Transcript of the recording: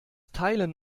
teilen